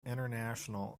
international